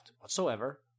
whatsoever